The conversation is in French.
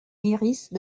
lyrisse